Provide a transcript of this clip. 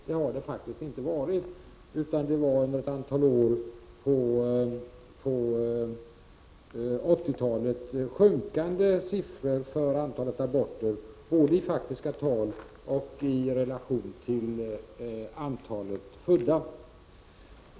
Det har den inte gjort, utan det var ett sjunkande antal aborter under några år på 1980-talet, både i faktiska tal och i relation till antalet födda.